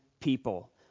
people